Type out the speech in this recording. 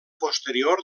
posterior